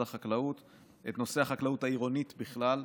החקלאות גם את נושא החקלאות העירונית בכלל,